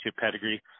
pedigree